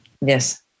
Yes